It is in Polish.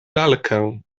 lalkę